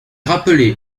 rappelé